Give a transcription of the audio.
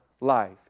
life